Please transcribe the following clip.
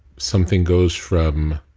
something goes from